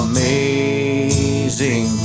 Amazing